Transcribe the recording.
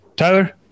Tyler